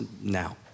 now